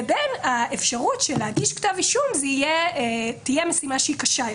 לבין האפשרות לפיה הגשת כתב אישום תהיה משימה קשה יותר.